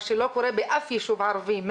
מה שלא קורה באף יישוב ערבי,